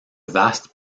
vastes